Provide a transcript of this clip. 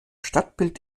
stadtbild